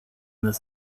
this